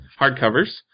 hardcovers